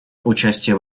участие